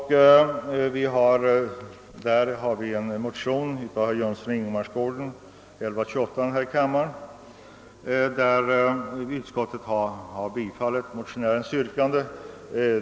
a. finns det en motion av herr Jönsson i Ingemarsgården, II: 1128. Utskottet har biträtt motionärens yrkande.